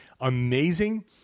amazing